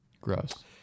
gross